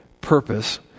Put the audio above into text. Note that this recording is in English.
purpose